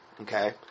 okay